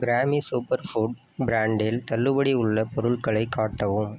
கிராமி super food பிரான்டில் தள்ளுபடி உள்ள பொருட்களை காட்டவும்